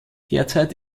derzeit